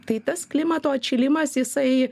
tai tas klimato atšilimas jisai